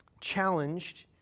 challenged